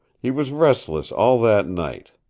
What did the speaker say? he was restless all that night.